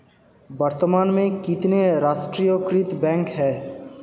वर्तमान में कितने राष्ट्रीयकृत बैंक है?